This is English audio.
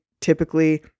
typically